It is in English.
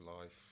life